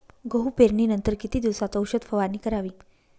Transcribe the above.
गहू पेरणीनंतर किती दिवसात औषध फवारणी करावी?